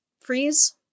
freeze